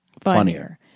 funnier